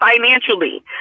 financially